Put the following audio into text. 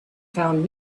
found